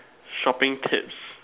shopping tips